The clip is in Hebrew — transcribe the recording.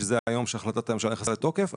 שזה היום שהחלטת הממשלה נכנסה לתוקף,